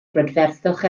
brydferthwch